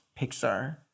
Pixar